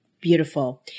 Beautiful